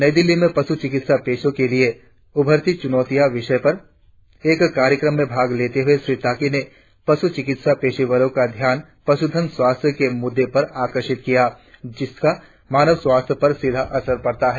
नई दिल्ली में पशु चिकित्सा पेशे के लिए अभरती चुनौतियों विषय पर एक कार्यक्रम में भाग लेते हुए श्री ताकी ने पशु चिकित्सा पेशेवरों का ध्यान पशुधन स्वास्थ्य के मुद्दे पर भी आकर्षित किया जिसका मानव स्वास्थ्य पर सीधा असर पड़ता है